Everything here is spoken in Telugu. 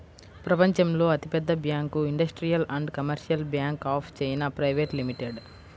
ప్రపంచంలో అతిపెద్ద bank industrial and commercial bank of China private limited